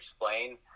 explain